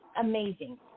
amazing